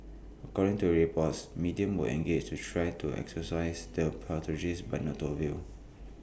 according to the reports mediums were engaged to try to exorcise their poltergeists but no to avail